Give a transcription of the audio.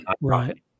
right